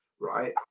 right